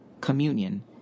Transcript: communion